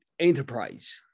enterprise